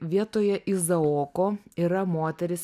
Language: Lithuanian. vietoje izaoko yra moteris